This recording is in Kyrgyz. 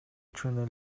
үчүн